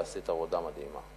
ועשית עבודה מדהימה.